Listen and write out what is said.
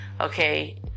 okay